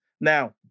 Now